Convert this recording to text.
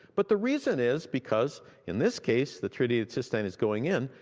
but the reason is because in this case, the treated cystine is going in,